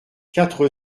quatre